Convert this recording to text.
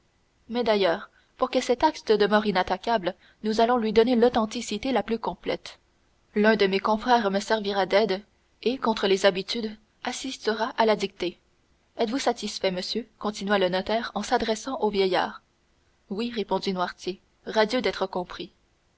mais d'ailleurs pour que cet acte demeure inattaquable nous allons lui donner l'authenticité la plus complète l'un de mes confrères me servira d'aide et contre les habitudes assistera à la dictée êtes-vous satisfait monsieur continua le notaire en s'adressant au vieillard oui répondit noirtier radieux d'être compris